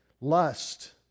lust